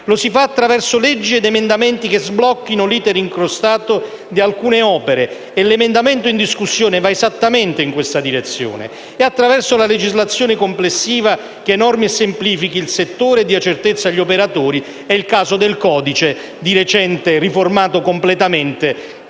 Lo si fa attraverso leggi ed emendamenti che sblocchino l'*iter* incrostato di alcune opere (e l'emendamento in discussione va esattamente in questa direzione), e attraverso la legislazione complessiva affinché normi e semplifichi il settore, dia certezza agli operatori: è il caso del codice degli appalti, di recente riformato completamente